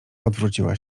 odwróciła